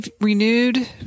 renewed